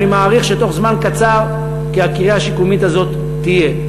ואני מעריך שבתוך זמן קצר הקריה השיקומית הזאת תהיה.